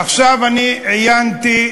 עכשיו עיינתי: